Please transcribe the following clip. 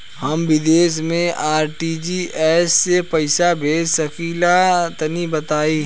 हम विदेस मे आर.टी.जी.एस से पईसा भेज सकिला तनि बताई?